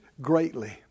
greatly